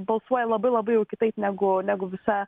balsuoja labai labai jau kitaip negu negu visa